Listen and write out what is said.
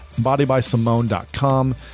bodybysimone.com